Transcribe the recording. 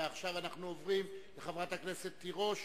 ועכשיו, אנחנו עוברים לחברת הכנסת תירוש.